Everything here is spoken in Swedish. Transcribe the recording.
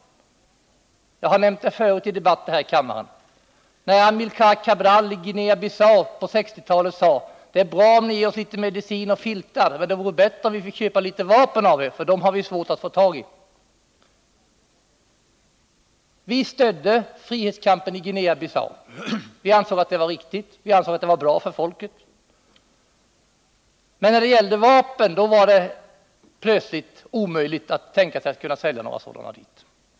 — Jag har nämnt detta förut i debatter här i kammaren när Amilcar Cabral i Guinea-Bissau på 1960-talet sade: Det är visserligen bra att ni ger oss litet medicin och filtar, men det vore bättre om vi fick köpa litet vapen av er, för dem har vi svårt att få tag i. Sverige stödde frihetskampen i Guinea-Bissau. Vi ansåg att det var riktigt och bra för folket, men när det gällde vapen var det plötsligt omöjligt att tänka sig att kunna sälja dit.